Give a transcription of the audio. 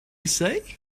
say